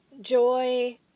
joy